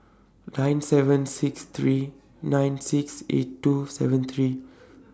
nine seven six three nine six eight two seven three